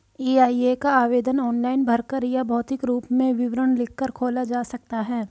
EIA का आवेदन online भरकर या भौतिक रूप में विवरण लिखकर खोला जा सकता है